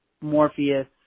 Morpheus